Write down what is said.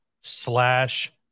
slash